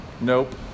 Nope